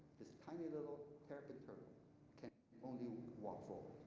this tiny little terrapin turtle can only walk forward